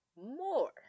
more